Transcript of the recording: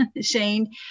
Shane